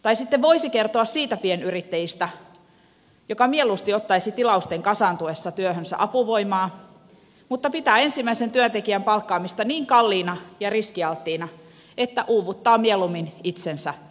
tai sitten voisi kertoa siitä pienyrittäjästä joka mieluusti ottaisi tilausten kasaantuessa työhönsä apuvoimaa mutta pitää ensimmäisen työntekijän palkkaamista niin kalliina ja riskialttiina että uuvuttaa mieluummin itsensä itsekseen